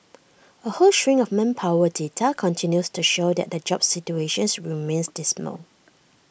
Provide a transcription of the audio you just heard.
A whole string of manpower data continues to show that the jobs situation remains dismal